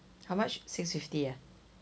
how much six fifty ah